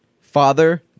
Father